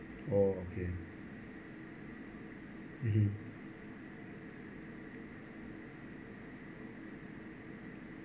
oh okay mm